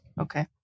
Okay